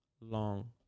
long